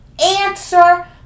Answer